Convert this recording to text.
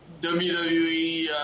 WWE